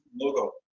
logo